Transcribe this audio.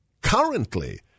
currently